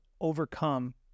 overcome